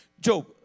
Job